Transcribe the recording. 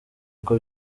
uko